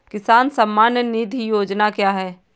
किसान सम्मान निधि योजना क्या है?